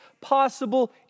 possible